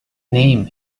name